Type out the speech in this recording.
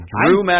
Drew